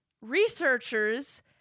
researchers